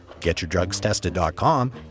getyourdrugstested.com